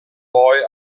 boy